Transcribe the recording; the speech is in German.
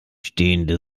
stehende